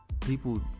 people